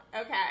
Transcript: Okay